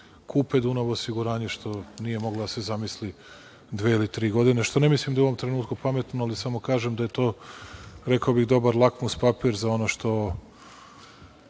kupe „Dunav“ osiguranje, što nije moglo da se zamisli dve ili tri godine, što ne mislim da je u ovom trenutku pametno, ali samo kažem da je to, rekao bih dobar lakmus papir za ono što